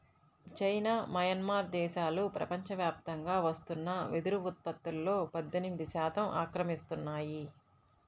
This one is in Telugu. చైనా, మయన్మార్ దేశాలు ప్రపంచవ్యాప్తంగా వస్తున్న వెదురు ఉత్పత్తులో పద్దెనిమిది శాతం ఆక్రమిస్తున్నాయి